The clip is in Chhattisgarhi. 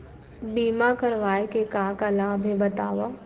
बीमा करवाय के का का लाभ हे बतावव?